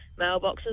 mailboxes